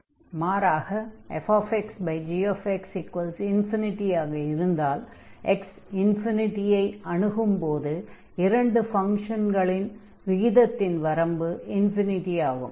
மாறாக fxgx ∞ ஆக இருந்தால் x ∞ ஐ அணுகும் போது இரண்டு ஃபங்ஷன்களின் விகிதத்தின் வரம்பு ∞ ஆகும்